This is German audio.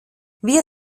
wir